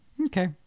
okay